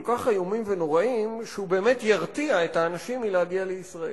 כך איומים ונוראים שבאמת זה ירתיע את האנשים מלהגיע לישראל.